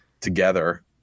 together